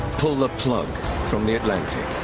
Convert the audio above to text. pull the plug from the atlantic.